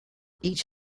each